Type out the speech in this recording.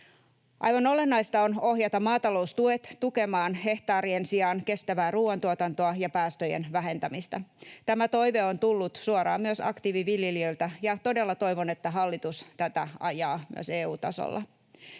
Aivan olennaista on ohjata maataloustuet tukemaan hehtaarien sijaan kestävää ruuantuotantoa ja päästöjen vähentämistä. Tämä toive on tullut suoraan myös aktiiviviljelijöiltä, ja todella toivon, että hallitus tätä ajaa myös EU-tasolla.